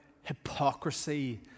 hypocrisy